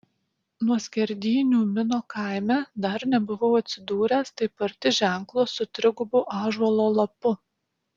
nuo skerdynių mino kaime dar nebuvau atsidūręs taip arti ženklo su trigubu ąžuolo lapu